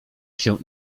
się